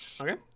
Okay